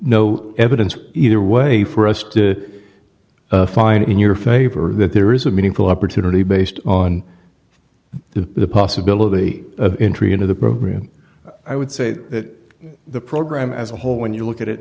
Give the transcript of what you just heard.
no evidence either way for us to find in your favor that there is a meaningful opportunity based on the possibility of entry into the program i would say that the program as a whole when you look at it